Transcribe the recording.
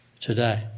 today